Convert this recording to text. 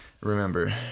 remember